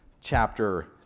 chapter